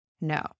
No